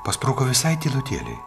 paspruko visai tylutėliai